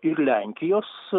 ir lenkijos